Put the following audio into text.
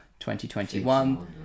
2021